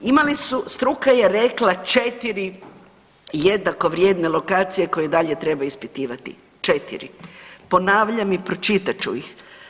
Imali su, struka je rekla 4 jednako vrijedne lokacije koje i dalje treba ispitivati, 4. Ponavljam i pročitat ću ih.